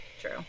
True